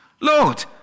Lord